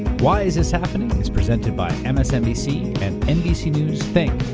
why is this happening is presented by msnbc and nbc news think,